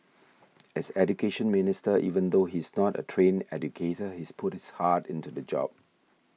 as Education Minister even though he is not a trained educator he's put his heart into the job